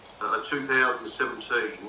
2017